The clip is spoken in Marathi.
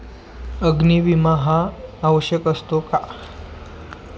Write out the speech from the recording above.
अग्नी विमा हा आवश्यक असतो का?